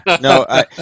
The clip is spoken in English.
No